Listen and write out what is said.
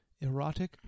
erotic